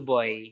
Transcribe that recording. Boy